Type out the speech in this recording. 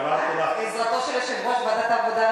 ובעזרתו של יושב-ראש ועדת העבודה,